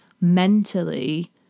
mentally